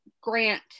grant